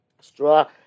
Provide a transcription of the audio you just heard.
straw